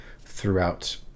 throughout